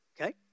okay